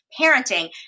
parenting